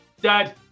Dad